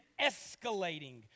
escalating